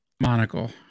monocle